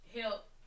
Help